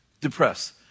depressed